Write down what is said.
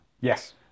Yes